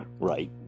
Right